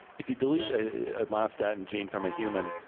if you delete a myostatin gene from a human,